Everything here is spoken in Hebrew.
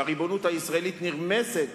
שהריבונות הישראלית נרמסת